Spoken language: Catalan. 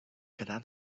quedar